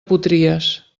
potries